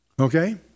Okay